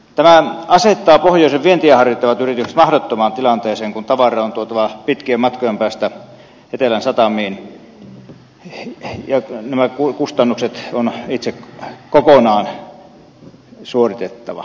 tämä asettaa pohjoisen vientiä harjoittavat yritykset mahdottomaan tilanteeseen kun tavara on tuotava pitkien matkojen päästä etelän satamiin ja kustannukset on itse kokonaan suoritettava